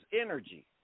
energy